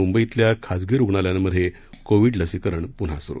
मुंबईतल्या खासगी रुग्णालयांमध्ये कोविड लसीकरण पुन्हा सुरू